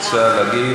את רוצה להגיב,